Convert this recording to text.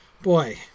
Boy